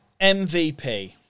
MVP